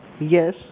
Yes